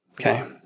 Okay